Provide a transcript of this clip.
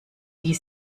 wie